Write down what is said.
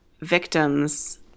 victims